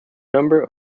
number